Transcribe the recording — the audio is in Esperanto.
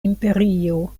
imperio